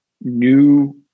new